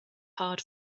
hard